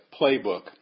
playbook